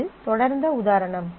இது தொடர்ந்த உதாரணம்